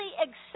accept